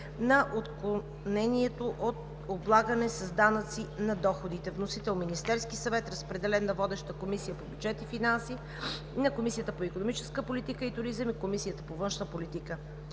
на отклонението от облагане с данъци на доходите. Вносител – Министерският съвет. Разпределен е на водещата Комисия по бюджет и финанси, Комисията по икономическа политика и туризъм и Комисията по външна политика.